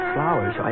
Flowers